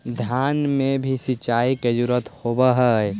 धान मे भी सिंचाई के जरूरत होब्हय?